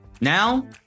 Now